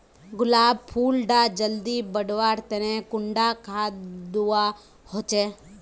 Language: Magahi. गुलाब फुल डा जल्दी बढ़वा तने कुंडा खाद दूवा होछै?